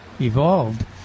evolved